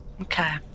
Okay